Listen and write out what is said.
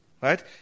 Right